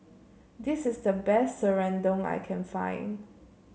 this is the best Serundong I can find